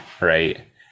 right